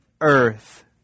earth